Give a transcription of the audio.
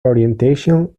orientation